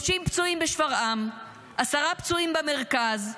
30 פצועים בשפרעם, עשרה פצועים במרכז,